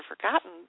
forgotten